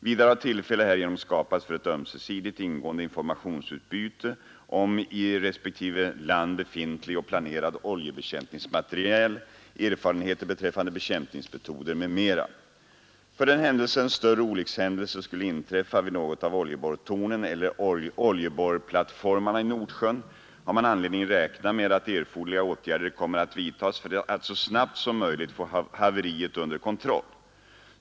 Vidare har tillfälle härigenom skapats för ett ömsesidigt, ingående informationsutbyte om i respektive land befintlig och planerad oljebekämpningsmateriel, erfarenheter beträffande bekämpningsmetoder m.m. För den händelse en större olyckshändelse skulle inträffa vid något av oljeborrtornen eller oljeborrplattformarna i Nordsjön, har man anledning räkna med att erforderliga åtgärder kommer att vidtas för att så snabbt som möjligt få haveriet under kontroll.